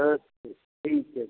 okay ਠੀਕ ਹੈ